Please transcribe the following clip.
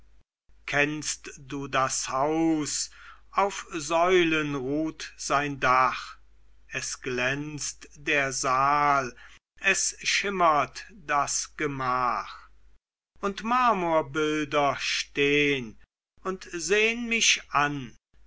kennst du das haus auf säulen ruht sein dach es glänzt der saal es schimmert das gemach und marmorbilder stehn und sehn mich an